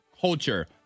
culture